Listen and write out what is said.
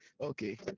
okay